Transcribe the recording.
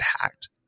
hacked